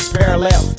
parallel